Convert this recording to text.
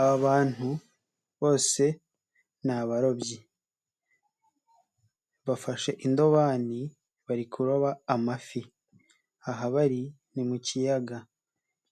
Aba bantu bose ni abarobyi, bafashe indobani bari kuroba amafi, aha bari ni mu kiyaga,